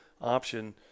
option